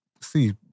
see